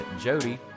Jody